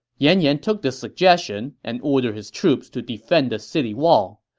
yan yan took this suggestion and ordered his troops to defend the city wall.